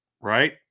right